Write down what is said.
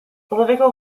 political